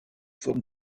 forme